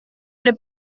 delle